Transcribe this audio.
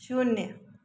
शून्य